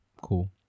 cool